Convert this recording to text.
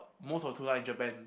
most of the tuna in Japan